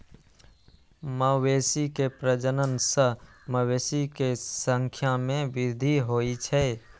मवेशी के प्रजनन सं मवेशी के संख्या मे वृद्धि होइ छै